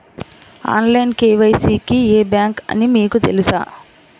Online KYC కి ఏ bank అని మీకు తెలుసా?